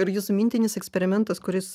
ir jūsų mintinis eksperimentas kuris